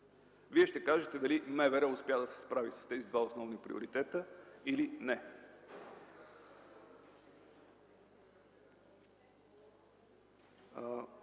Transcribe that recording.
Вие ще кажете дали МВР успя да се справи с тези два основни приоритета или не.